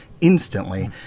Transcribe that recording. instantly